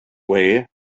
way